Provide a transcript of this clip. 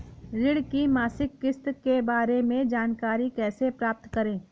ऋण की मासिक किस्त के बारे में जानकारी कैसे प्राप्त करें?